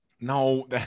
No